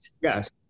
Yes